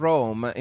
Rome